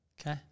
Okay